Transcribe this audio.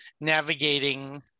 navigating